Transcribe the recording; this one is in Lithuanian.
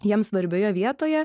jiems svarbioje vietoje